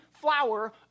flower